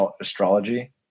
astrology